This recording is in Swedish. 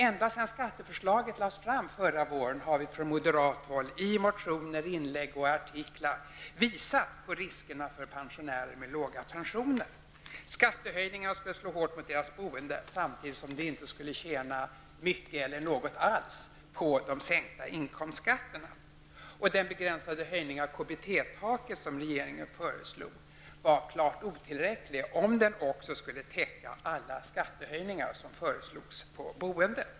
Ända sedan skatteförslaget lades fram förra våren har vi moderater i rader av motioner, inlägg och artiklar visat på riskerna för pensionärer med låga pensioner. Skattehöjningarna skulle slå hårt mot deras boende, samtidigt som de inte skulle tjäna mycket eller ens något på de sänkta inkomstskatterna. Den begränsade höjning av KBT-taket som regeringen föreslog var klart otillräcklig för att också täcka skattehöjningarna på boendet.